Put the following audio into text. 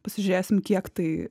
pasižiūrėsim kiek tai